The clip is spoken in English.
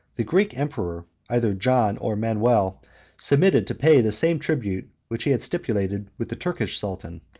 the greek emperor either john or manuel submitted to pay the same tribute which he had stipulated with the turkish sultan,